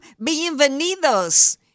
Bienvenidos